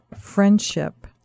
friendship